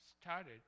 started